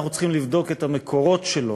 אנחנו צריכים לבדוק את המקורות שלו,